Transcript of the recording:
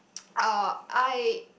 uh I